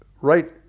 right